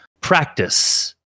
practice